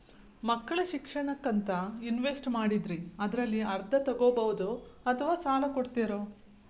ಮಕ್ಕಳ ಶಿಕ್ಷಣಕ್ಕಂತ ಇನ್ವೆಸ್ಟ್ ಮಾಡಿದ್ದಿರಿ ಅದರಲ್ಲಿ ಅರ್ಧ ತೊಗೋಬಹುದೊ ಅಥವಾ ಸಾಲ ಕೊಡ್ತೇರೊ?